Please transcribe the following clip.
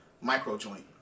micro-joint